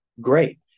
great